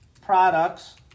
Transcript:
products